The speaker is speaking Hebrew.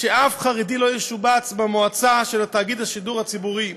שאף חרדי לא ישובץ במועצה של תאגיד השידור הציבורי.